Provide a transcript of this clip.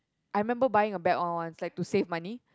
I remember buying a bad one once like to save money